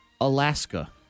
Alaska